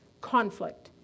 conflict